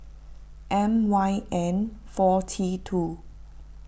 M Y N four T two